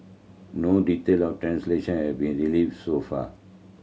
no detail of translation have been so far